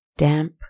Damp